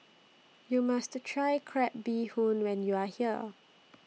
YOU must Try Crab Bee Hoon when YOU Are here